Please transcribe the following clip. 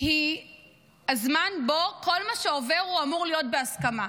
היא הזמן שבו כל מה שעובר אמור להיות בהסכמה.